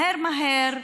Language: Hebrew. מהר מהר,